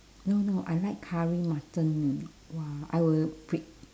no no I like curry mutton !wah! I will bri~